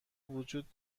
وجود